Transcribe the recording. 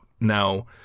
Now